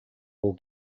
will